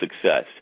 success